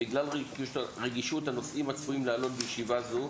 בגלל רגישות הנושאים הצפויים לעלות בישיבה זו,